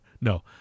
No